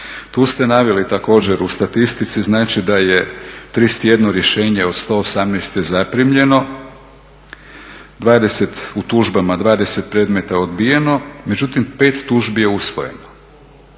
Tu ste naveli također u statistici, znači da je 31 rješenje od 118 je zaprimljeno, 20 u tužbama, 20 predmeta odbijeno, međutim 5 tužbi je usvojeno.